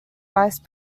vice